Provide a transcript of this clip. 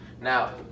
Now